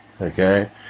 okay